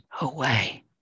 away